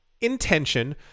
intention